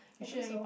I think so